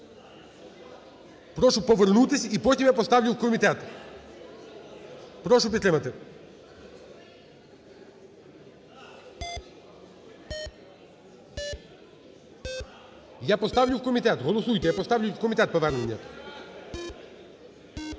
Прошу повернутись і потім я поставлю в комітет. Прошу підтримати. Я поставлю в комітет. Голосуйте. Я поставлю в комітет повернення.